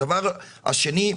הדבר השני,